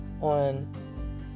On